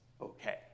okay